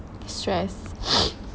stress